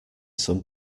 some